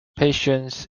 patience